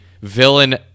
villain